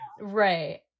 Right